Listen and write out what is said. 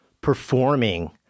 performing